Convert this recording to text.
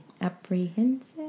Apprehensive